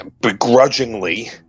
begrudgingly